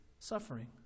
Suffering